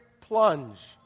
plunge